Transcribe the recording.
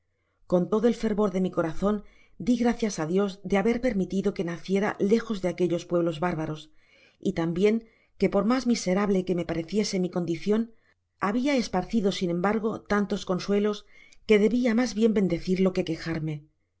con todo el fervor de mi corazon di gracias á dios de haber permitido que naciera lejos de aquellos pueblos bár baros y tambien que por mas miserable que mp pareciese mi tundicion habia esparcido sin embargo tantos consuelos que debia mas bien bendecirlo que quejarme